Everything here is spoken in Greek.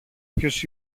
ποιος